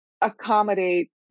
accommodate